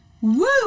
woo